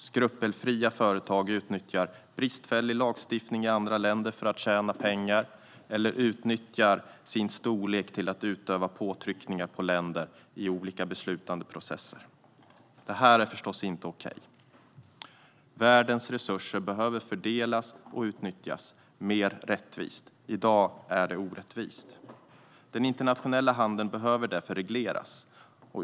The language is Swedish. Skrupelfria företag utnyttjar bristfällig lagstiftning i andra länder för tjäna pengar eller sin storlek för att utöva påtryckningar på länder i olika beslutandeprocesser. Det är förstås inte okej. Världens resurser behöver fördelas och utnyttjas mer rättvist. I dag är det orättvist. Den internationella handeln behöver därför regleras.